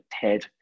TED